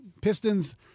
Pistons